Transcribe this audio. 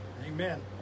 amen